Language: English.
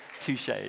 Touche